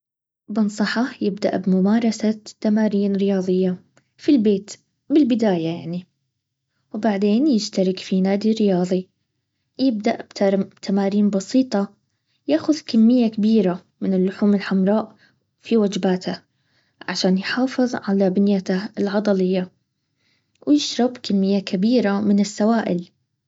بنصحه يبدأ بممارسة تمارين رياضية في البيت بالبداية يعني وبعدين يشترك في نادي رياضي يبدأ بتمارين بسيطة ياخذ كمية كبيرة من اللحوم الحمراء في وجباته عشان يحافظ على بنيته العضليهويشربكميه كبيره من السوائل